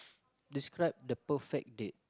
describe the perfect date